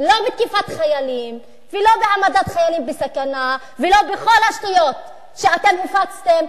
לא בתקיפת חיילים ולא בהעמדת חיילים בסכנה ולא בכל השטויות שאתם הפצתם